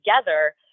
together